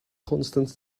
constant